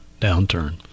downturn